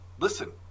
listen